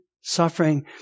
suffering